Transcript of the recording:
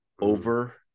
over